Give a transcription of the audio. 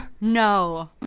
no